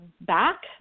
back